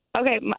Okay